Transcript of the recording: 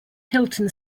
hilton